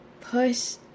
push